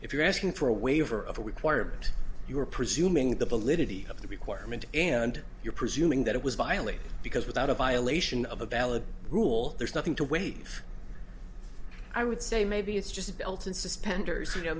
if you're asking for a waiver of the requirement you're presuming the validity of the requirement and you're presuming that it was violated because without a violation of a valid rule there's nothing to waive i would say maybe it's just a belt and suspenders you know